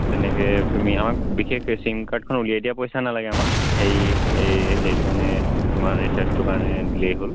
তেনেকৈ তুমি আৰু বিশেষকৈ চিম কাৰ্ডখন উলিয়াই দিয়াৰ পইচা নালাগে আমাক হেৰি সেইটো কাৰণে তোমাৰ ৰিচাৰ্জটোৰ কাৰণে দিলেই হ'ল